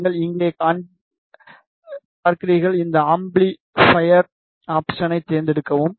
நான் இங்கே காண்பிப்பேன் இந்த அம்பிளிபைர் ஆப்ஷனை தேர்ந்தெடுக்கவும்